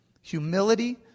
Humility